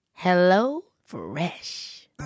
HelloFresh